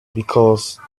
because